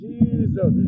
Jesus